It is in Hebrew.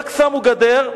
רק שמו גדר,